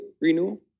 renewal